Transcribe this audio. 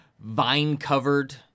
vine-covered